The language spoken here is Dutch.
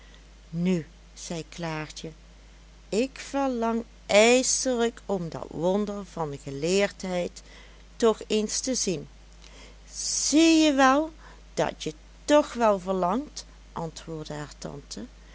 nu zei klaartje ik verlang ijselijk om dat wonder van geleerdheid toch eens te zien zieje wel dat je toch wel verlangt antwoordde haar tante